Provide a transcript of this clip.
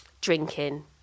drinking